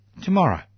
Tomorrow